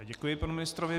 Děkuji panu ministrovi.